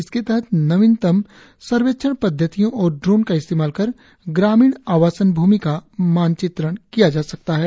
इसके तहत नवीनतम सर्वेक्षण पद्वतियों और ड्रोन का इस्तेमाल कर ग्रामीण आवासन भूमि का मानचित्रण किया जा सकता है